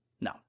no